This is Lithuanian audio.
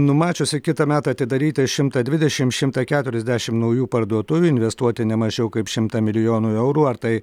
numačiusi kitąmet atidaryti šimtą dvidešim šimtą keturiasdešim naujų parduotuvių investuoti ne mažiau kaip šimtą milijonų eurų ar tai